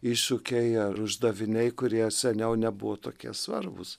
iššūkiai ar uždaviniai kurie seniau nebuvo tokie svarbūs